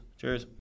cheers